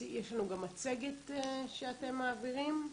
יש לנו גם מצגת שאתם מעבירים,